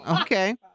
Okay